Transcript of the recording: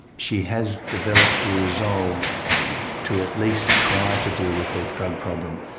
she has developed a resolve to at least try to deal with her drug problem.